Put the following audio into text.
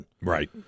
Right